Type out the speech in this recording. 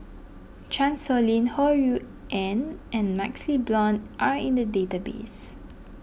Chan Sow Lin Ho Rui An and MaxLe Blond are in the database